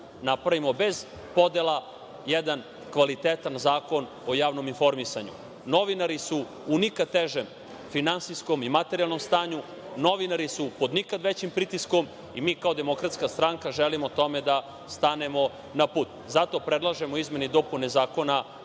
napravimo, bez podela, jedan kvalitetan zakon o javnom informisanju. Novinari su u nikad težem finansijskom i materijalnom stanju. Novinari su pod nikad većim pritiskom i mi kao Demokratska stranka želimo tome da stanemo na put. Zato predlažemo izmene i dopune Zakona